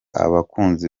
abakunzi